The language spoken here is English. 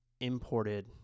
imported